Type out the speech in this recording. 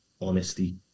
honesty